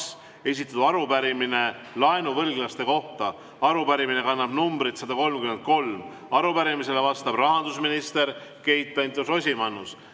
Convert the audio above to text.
esitatud arupärimine laenuvõlglaste kohta. Arupärimine kannab numbrit 133, arupärimisele vastab rahandusminister Keit Pentus-Rosimannus.